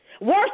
Worse